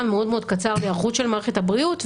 מאוד קצר להיערכות של מערכת הבריאות.